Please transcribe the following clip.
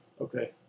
Okay